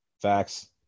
Facts